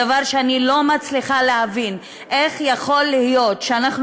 דבר שאני לא מצליחה להבין: איך יכול להיות שאנחנו